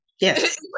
Yes